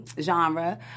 genre